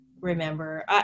remember